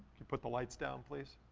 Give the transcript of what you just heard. you put the lights down, please?